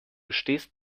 stehst